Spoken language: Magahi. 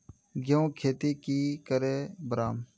गेंहू खेती की करे बढ़ाम?